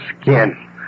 skin